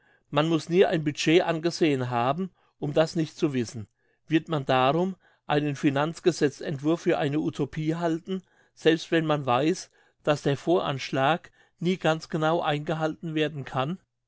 man muss nie ein budget angesehen haben um das nicht zu wissen wird man darum einen finanzgesetzentwurf für eine utopie halten selbst wenn man weiss dass der voranschlag nie ganz genau eingehalten werden kann